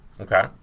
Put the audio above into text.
Okay